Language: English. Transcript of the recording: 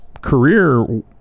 career